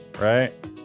right